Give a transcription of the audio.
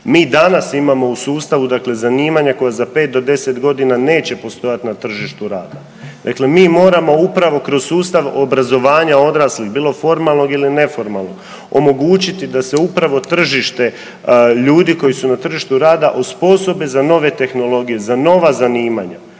Mi danas imamo u sustavu dakle zanimanja koja za 5 do 10 godina neće postojati na tržištu rada. Dakle, mi moramo upravo kroz sustav obrazovanja odraslih bilo formalnog ili neformalnog omogućiti da se upravo tržište ljudi koji su na tržištu rada osposobe za nove tehnologije, za nova zanimanja.